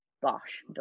bosh